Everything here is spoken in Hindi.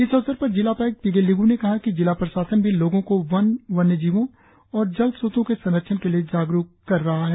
इस अवसर पर जिला उपायुक्त पिगे लिगु ने कहा कि जिला प्रशासन भी लोगों को वन वन्य जीवों और जल स्रोतों के संरक्षण के लिए जागरुक किया जा रहा है